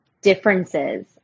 differences